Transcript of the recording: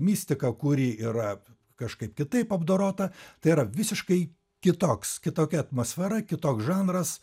mistika kuri yra kažkaip kitaip apdorota tai yra visiškai kitoks kitokia atmosfera kitoks žanras